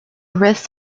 wrists